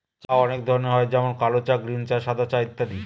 চা অনেক ধরনের হয় যেমন কাল চা, গ্রীন চা, সাদা চা ইত্যাদি